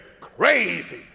crazy